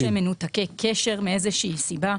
או שהם מנותקי קשר מאיזו שהיא סיבה,